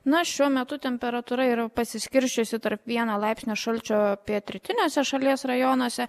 na šiuo metu temperatūra yra pasiskirsčiusi tarp vieno laipsnio šalčio pietrytiniuose šalies rajonuose